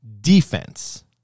Defense